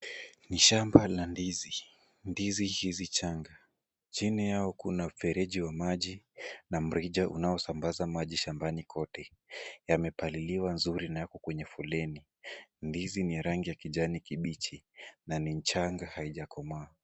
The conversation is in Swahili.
Ni shamba la ndizi. Ndizi hizi changa. Chini yao kuna mfereji wa maji na mrija unaosambaza maji shambani kote. Yamepaliliwa nzuri na yako kwenye foleni. Ndizi ni ya rangi ya kijani kibichi na ni changa haijakomaa.